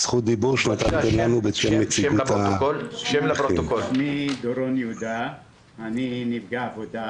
הדיבור שנתתם לנו בשם נציגות --- אני נפגע עבודה